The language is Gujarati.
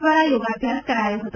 દ્વારા યોગાભ્યાસ કરાયો હતો